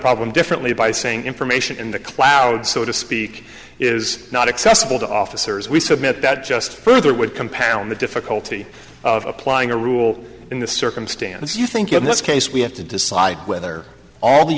problem differently by saying information in the cloud so to speak is not accessible to officers we submit that just further would compound the difficulty of applying a rule in the circumstance you think in this case we have to decide whether all the